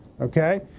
okay